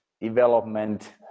development